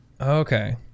Okay